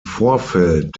vorfeld